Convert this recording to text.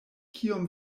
kiom